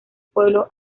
pueblo